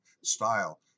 style